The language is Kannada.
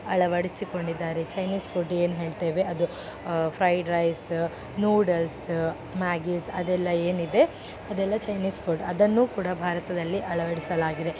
ಅಳವಡಿಸಿಕೊಂಡಿದ್ದಾರೆ ಚೈನೀಸ್ ಫುಡ್ ಏನು ಹೇಳ್ತೇವೆ ಅದು ಫ್ರೈಡ್ ರೈಸ್ ನೂಡಲ್ಸ್ ಮ್ಯಾಗೀಸ್ ಅದೆಲ್ಲ ಏನಿದೆ ಅದೆಲ್ಲ ಚೈನೀಸ್ ಫುಡ್ ಅದನ್ನು ಕೂಡ ಭಾರತದಲ್ಲಿ ಅಳವಡಿಸಲಾಗಿದೆ